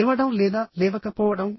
లేవడం లేదా లేవకపోవడం